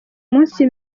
munsi